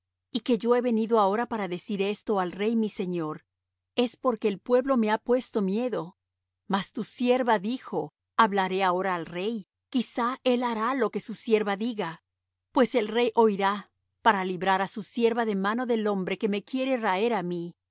y que yo he venido ahora para decir esto al rey mi señor es porque el pueblo me ha puesto miedo mas tu sierva dijo hablaré ahora al rey quizá él hará lo que su sierva diga pues el rey oirá para librar á su sierva de mano del hombre que me quiere raer á mí